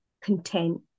content